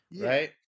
right